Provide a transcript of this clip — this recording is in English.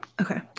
okay